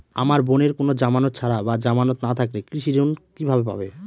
আমার বোনের কোন জামানত ছাড়া বা জামানত না থাকলে কৃষি ঋণ কিভাবে পাবে?